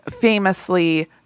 famously